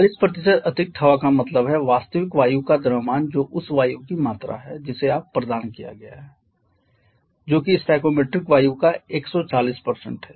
40 अतिरिक्त हवा का मतलब है वास्तविक वायु का द्रव्यमान जो उस वायु की मात्रा है जिसे आप प्रदान किया गया है जो कि स्टोइकोमेट्रिक वायु का 140 है